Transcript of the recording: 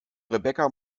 rebecca